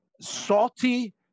salty